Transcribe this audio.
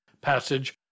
Passage